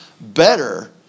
better